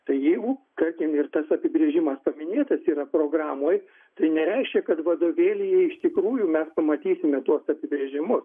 tai jeigu tarkim ir tas apibrėžimas paminėtas yra programoj tai nereiškia kad vadovėlyje iš tikrųjų mes pamatysime tuos apibrėžimus